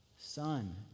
Son